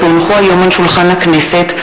כי הונחו היום על שולחן הכנסת,